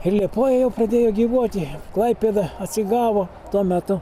ir liepoja jau pradėjo gyvuoti klaipėda atsigavo tuo metu